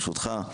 ברשותך,